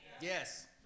Yes